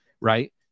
right